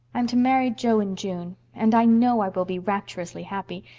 i'm to marry jo in june and i know i will be rapturously happy.